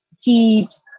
Keeps